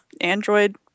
android